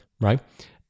right